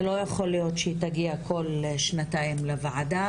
זה לא יכול להיות שהיא תגיע כל שנתיים לוועדה